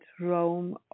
Rome